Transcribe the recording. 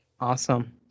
Awesome